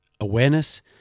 awareness